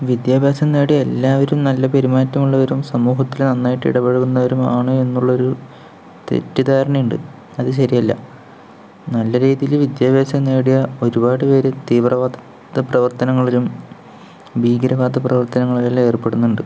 വിദ്യാഭ്യാസം നേടിയ എല്ലാവരും നല്ല പെരുമാറ്റമുള്ളവരും സമൂഹത്തിൽ നന്നായിട്ട് ഇടപഴകുന്നവരും ആണ് എന്നുള്ളൊരു തെറ്റിധാരണയുണ്ട് അത് ശരിയല്ല നല്ല രീതിയിൽ വിദ്യാഭ്യാസം നേടിയ ഒരുപാടു പേർ തീവ്രവാദ പ്രവർത്തനങ്ങളിലും ഭീകരവാദ പ്രവർത്തനങ്ങളിലും ഏർപ്പെടുന്നുണ്ട്